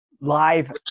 live